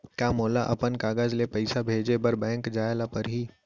का मोला अपन खाता ले पइसा भेजे बर बैंक जाय ल परही?